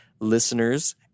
listeners